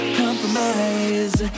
compromise